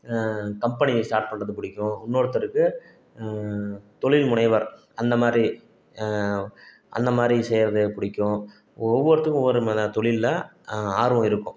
company start பண்ணுறது பிடிக்கும் இன்னொருத்தருக்கு தொழில் முனைவர் அந்த மாதிரி அந்த மாதிரி செய்வது பிடிக்கும் ஒவ்வொருத்தருக்கும் ஒவ்வொரு விதமான தொழில்ல ஆர்வம் இருக்கும்